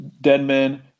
Denman